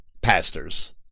pastors